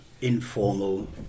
informal